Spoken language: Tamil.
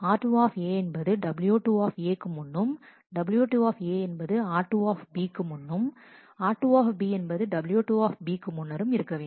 R2 என்பது W2 க்கு முன்னும் W2 என்பது r2 முன்னும் R2 என்பது W2 முன்னரும் இருக்க வேண்டும்